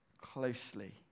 closely